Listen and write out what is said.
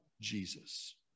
Jesus